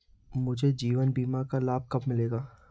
मुझे जीवन बीमा का लाभ कब मिलेगा?